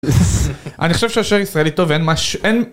אני חושב שהוא שוער ישראלי טוב, ואין משהו...